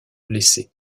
blessés